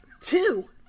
Two